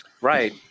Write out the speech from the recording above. Right